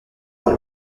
par